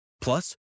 Plus